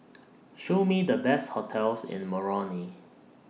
Show Me The Best hotels in Moroni